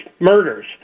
murders